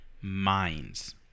minds